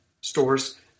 stores